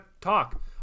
talk